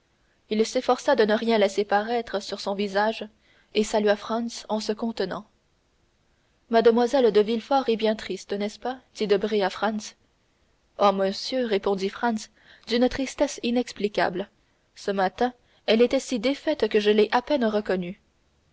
il s'efforça de ne rien laisser paraître sur son visage et salua franz en se contenant mlle de villefort est bien triste n'est-ce pas dit debray à franz oh monsieur répondit franz d'une tristesse inexplicable ce matin elle était si défaite que je l'ai à peine reconnue